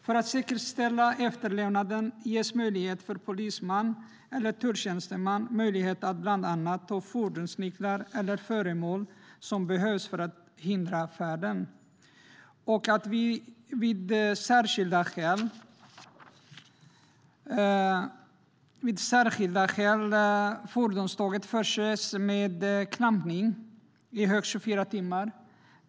För att säkerställa efterlevnaden ges polisman eller tulltjänsteman möjlighet att bland annat ta fordonsnycklar eller föremål som behövs för att hindra färden. Och vid särskilda skäl ska fordonet förses med klampning i högst 24 timmar.